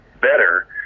better